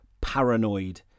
paranoid